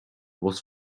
was